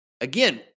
again